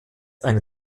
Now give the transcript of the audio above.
eine